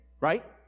right